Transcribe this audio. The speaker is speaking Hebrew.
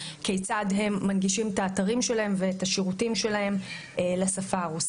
כיצד הם מנגישים את האתרים והשירותים שלהם לשפה הרוסית?